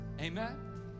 amen